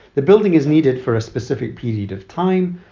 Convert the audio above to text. the building is needed for a specific period of time.